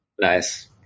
Nice